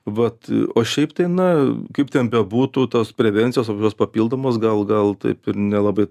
vat o šiaip tai na kaip ten bebūtų tos prevencijos papildomos gal gal taip ir nelabai